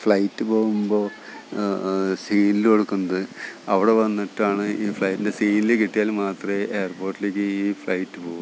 flight പോകുമ്പോൾ സീൻല് കൊടുക്കുന്നത് അവിടെ വന്നിട്ടാണ് ഈ ഫ്ലൈറ്റിൻ്റെ സീൻല് കിട്ടിയാൽ മാത്രമേ ഏയ്ർപ്പോട്ടിലേക്ക് ഈ ഫ്ലൈറ്റ് പോകുള്ളൂ